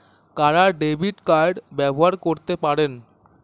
কারা debit card ব্যবহার করতে পারেন?